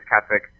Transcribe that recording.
Catholic